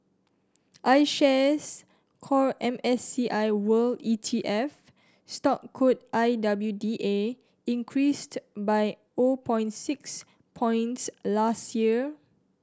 iShares Core M S C I World E T F stock code I W D A increased by point six points last year